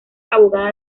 abogada